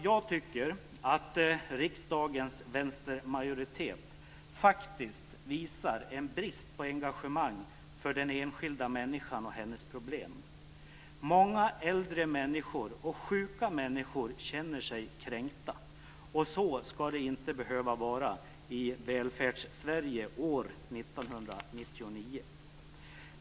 Jag tycker att riksdagens vänstermajoritet faktiskt visar en brist på engagemang för den enskilda människan och hennes problem. Många äldre människor och sjuka människor känner sig kränkta. Så skall det inte behöva vara i Välfärdssverige år 1999.